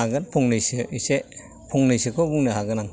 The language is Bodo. हागोन फंनैसो एसे फंनैसोखौ बुंनो हागोन आं